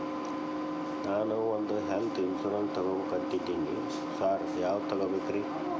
ನಾನ್ ಒಂದ್ health insurance ತಗಬೇಕಂತಿದೇನಿ sir ಯಾವದ ತಗಬೇಕ್ರಿ?